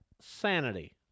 sanity